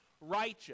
righteous